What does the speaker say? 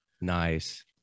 Nice